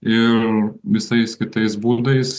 ir visais kitais būdais